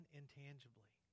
intangibly